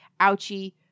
Ouchie